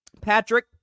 Patrick